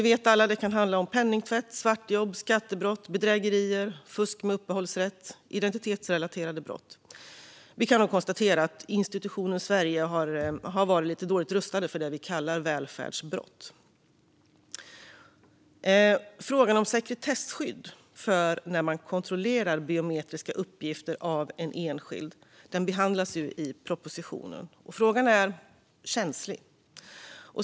Det kan handla om penningtvätt, svartjobb, skattebrott, bedrägerier, fusk med uppehållsrätt och andra identitetsrelaterade brott. Vi kan nog konstatera att institutionen Sverige har varit lite dåligt rustad för det vi kallar för välfärdsbrott. Frågan om sekretesskydd för när man kontrollerar biometriska uppgifter av en enskild behandlas i propositionen. Frågan är känslig.